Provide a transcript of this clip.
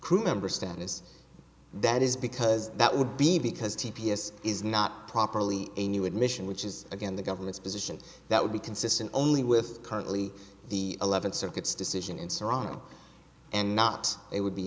crew member status that is because that would be because t p s is not properly a new admission which is again the government's position that would be consistent only with currently the eleventh circuit decision in toronto and not it would be